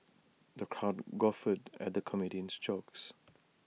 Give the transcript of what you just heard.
the crowd guffawed at the comedian's jokes